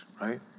right